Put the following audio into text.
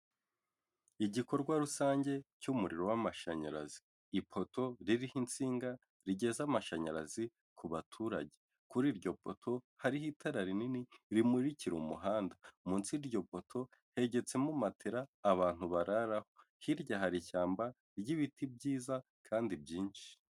Igikorwa rusange cy'umuriro w'amashanyarazi, ipoto ririho insinga rigeza amashanyarazi ku baturage, kuri iryo poto hariho itara rinini rimurikira umuhanda, munsi y'iryo poto hegetsemo matera abantu bararaho, hirya hari ishyamba ry'ibiti byiza kandi byinshi.